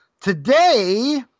Today